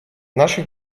наших